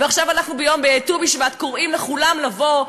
אנחנו בט"ו בשבט קוראים לכולם לבוא,